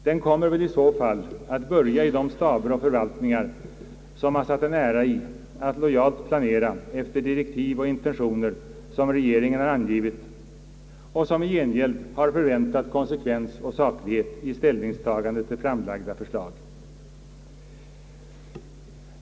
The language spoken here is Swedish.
Den kommer väl i så fall att börja i de staber och förvaltningar, som har satt en ära i att lojalt planera efter direktiv och intentioner som regeringen har angivit och som i gengäld har förväntat konsekvens och saklighet i ställningstagandet till framlagda förslag.